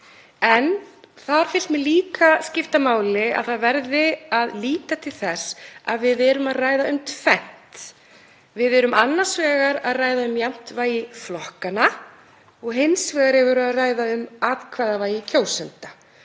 en þar finnst mér líka skipta máli að það verði að líta til þess að við erum að ræða um tvennt. Við erum annars vegar að ræða um jafnt vægi flokkanna og hins vegar er verið að ræða um atkvæðavægi kjósenda.